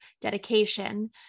dedication